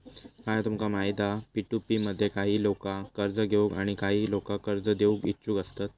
काय तुमका माहित हा पी.टू.पी मध्ये काही लोका कर्ज घेऊक आणि काही लोका कर्ज देऊक इच्छुक असतत